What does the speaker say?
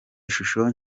ishusho